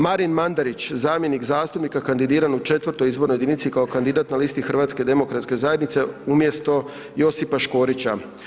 Marin Mandarić, zamjenik zastupnika kandidiran u X. izbornoj jedinici kao kandidat na listi Hrvatske demokratske zajednice umjesto Josipa Škorića.